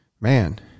man